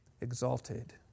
exalted